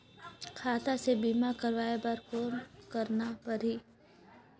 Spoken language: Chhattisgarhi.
खाता से बीमा करवाय बर कौन करना परही?